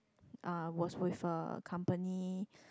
I was with a company